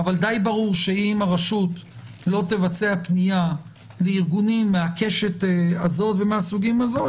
אבל די ברור שאם הרשות לא תבצע פנייה לארגונים מהקשת הזו ומהסוגים האלה,